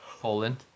Poland